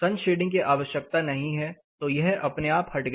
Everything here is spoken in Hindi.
सन शेडिंग की आवश्यकता नहीं है तो यह अपने आप हट गया